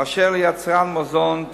באשר ליצרן מזון,